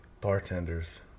Bartenders